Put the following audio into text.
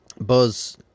buzz